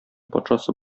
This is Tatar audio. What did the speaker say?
патшасы